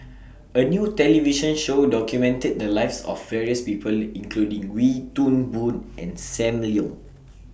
A New television Show documented The Lives of various People including Wee Toon Boon and SAM Leong